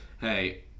hey